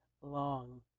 long